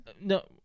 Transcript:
No